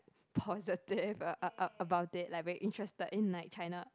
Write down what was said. positive a a about it like very interested in like China